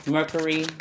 Mercury